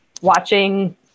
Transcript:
watching